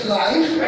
life